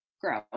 grow